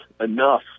enough